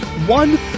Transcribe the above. One